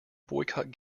boycott